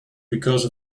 because